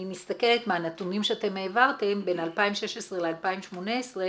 אני מסתכלת מהנתונים שאתם העברתם בין 2016 ל-2018,